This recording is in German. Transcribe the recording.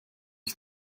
ich